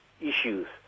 issues